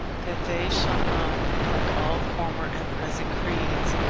that they shall not, like all former and present creeds,